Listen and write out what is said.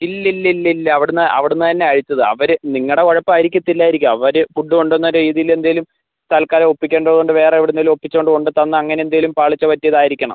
ഇല്ല ഇല്ല ഇല്ല ഇല്ല അവിടെ നിന്ന് അവിടുന്ന് തന്നെ കഴിച്ചത് അവർ നിങ്ങളുടെ കുഴപ്പമായിരിക്കത്തില്ലായിരിക്കും അവർ ഫുഡ് കൊണ്ടു വന്ന രീതിയിൽ എന്തെങ്കിലും തൽക്കാലം ഒപ്പിക്കേണ്ടത് കൊണ്ട് വേറെ എവിടെ നിന്നെങ്കിലും ഒപ്പിച്ച് കൊണ്ട് കൊണ്ട് തന്നത് അങ്ങനെ എന്തെങ്കിലും പാളിച്ച പറ്റിയതായിരിക്കണം